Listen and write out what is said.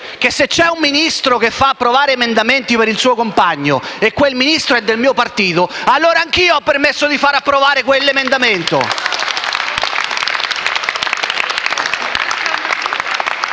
che se c'è un Ministro che fa approvare emendamenti per il suo compagno e quel Ministro è del mio partito, allora anche io ho permesso di far approvare quell'emendamento.